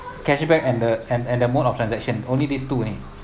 cashback and the and and the mode of transaction only these two only